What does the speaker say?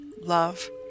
love